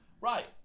right